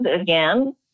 again